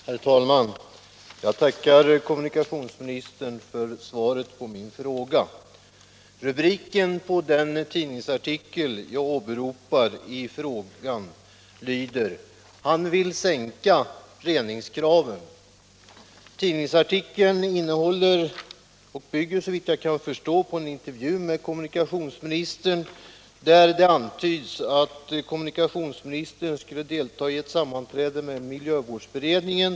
Herr talman! Jag tackar kommunikationsministern för svaret på min fråga. Rubriken på den tidningsartikel jag åberopar i frågan lyder: ”Han vill sänka reningskraven”. Tidningsartikeln innehåller och bygger, såvitt jag kan förstå, på en intervju med kommunikationsministern, där det antyds att kommunikationsministern skulle delta i ett sammansträde med miljövårdsberedningen.